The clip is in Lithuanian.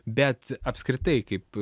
bet apskritai kaip